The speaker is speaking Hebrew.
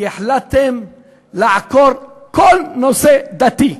כי החלטתם לעקור כל נושא דתי.